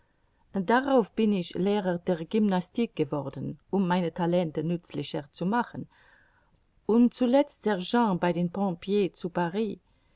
darauf bin ich lehrer der gymnastik geworden um meine talente nützlicher zu machen und zuletzt sergeant bei den pompiers zu